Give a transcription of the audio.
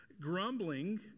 Grumbling